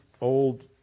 old